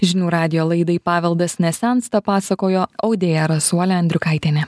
žinių radijo laidai paveldas nesensta pasakojo audėja rasuolė andriukaitienė